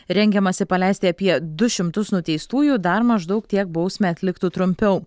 rengiamasi paleisti apie du šimtus nuteistųjų dar maždaug tiek bausmę atliktų trumpiau